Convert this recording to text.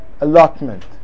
allotment